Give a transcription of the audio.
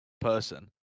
person